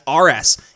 RS